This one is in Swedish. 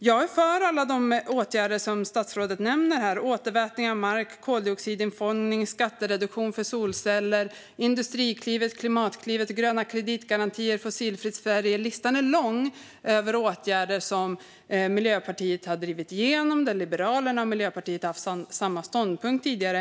Jag är för alla de åtgärder som statsrådet nämner - återvätning av mark, koldioxidinfångning, skattereduktion för solceller, Industriklivet, Klimatklivet, gröna kreditgarantier, Fossilfritt Sverige. Listan är lång över åtgärder som Miljöpartiet har drivit igenom och där Miljöpartiet och Liberalerna har haft samma ståndpunkt tidigare.